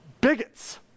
bigots